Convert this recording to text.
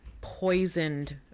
poisoned